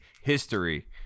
history